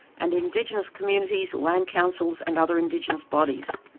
and indigenous communities, land councils and other indigenous bodies.